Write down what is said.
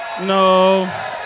No